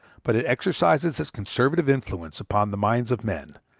but it exercises its conservative influence upon the minds of men,